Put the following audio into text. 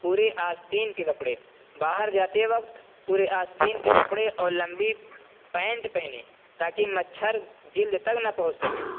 پورے آستین کے کپڑے باہر جاتے وقت پورے آستین کے کپڑے اور لمبی پینٹ پہنیں تاکہ مچھر جلد تک نہ پہنچ سکیں